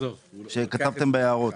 כתבתם בהערות.